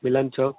मिलन चौक